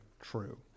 true